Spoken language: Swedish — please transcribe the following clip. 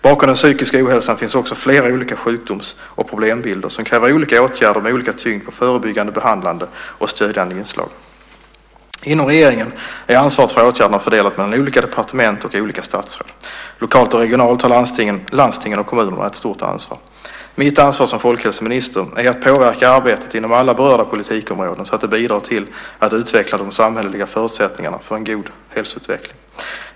Bakom den psykiska ohälsan finns också flera olika sjukdoms och problembilder som kräver olika åtgärder med olika tyngd på förebyggande, behandlande och stödjande inslag. Inom regeringen är ansvaret för åtgärderna fördelat mellan olika departement och olika statsråd. Lokalt och regionalt har landstingen och kommunerna ett stort ansvar. Mitt ansvar som folkhälsominister är att påverka arbetet inom alla berörda politikområden så att det bidrar till att utveckla de samhälleliga förutsättningarna för en god hälsoutveckling.